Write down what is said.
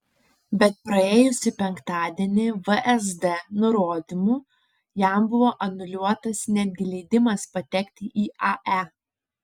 bet praėjusį penktadienį vsd nurodymu jam buvo anuliuotas netgi leidimas patekti į ae